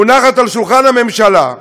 מונחת על שולחן הממשלה,